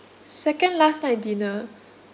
second last night dinner